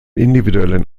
individuellen